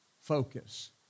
focus